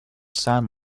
sand